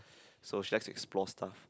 so she likes to explore stuff